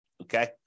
okay